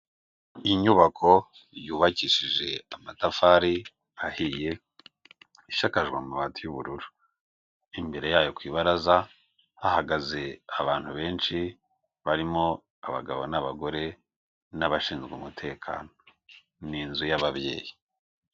Inyubako yubakishije amatafari ahiye, ishakajwe amabati y'ubururu, imbere yayo ku ibaraza hahagaze abantu benshi, barimo abagabo n'abagore n'abashinzwe umutekano, ni inzu y'ababyeyi.